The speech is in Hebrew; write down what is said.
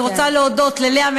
אני רוצה להודות ללאה,